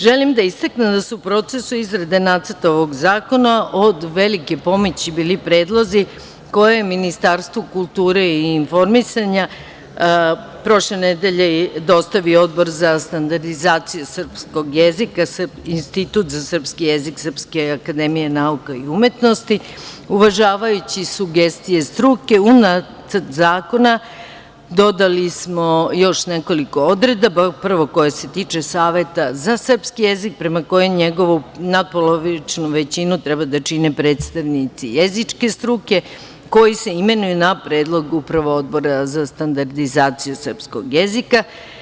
Želim da istaknem da su u procesu izrade nacrta ovog zakona od velike pomoći bili predlozi koje je Ministarstvu kulture i informisanja prošle nedelje dostavio Odbor za standardizaciju srpskog jezika, Institut za srpski jezik SANU, uvažavajući sugestije struke, u nacrt zakona dodali smo još nekoliko odredaba, prvo koje se tiču Saveta za srpski jezik, prema kome njegovu natpolovičnu većinu treba da čine predstavnici jezičke struke koji se imenuju na predlog upravo Odbora za standardizaciju srpskog jezika.